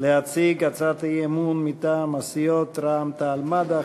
להציג הצעת אי-אמון מטעם הסיעות רע"ם-תע"ל-מד"ע,